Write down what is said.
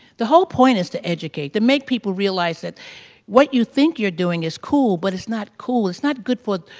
the whole point is to educate them, make people realize that what you think you're doing is cool, but it's not cool it's not good for,